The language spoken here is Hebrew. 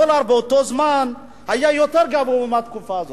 הדולר באותו זמן היה יותר גבוה מבתקופה הזאת.